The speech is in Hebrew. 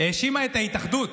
האשימה את ההתאחדות